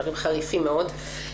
דברים חריפים מאוד.